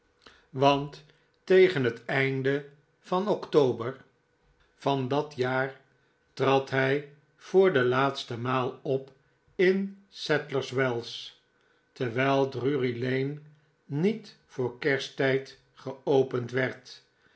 want tegen het einde van october van dat jaar trad hij voor de laatste maal op in sadlers wells terwijl drury-lane niet voor kersttijd geopend werd